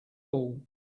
all